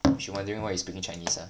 she wondering why are you speaking chinese ah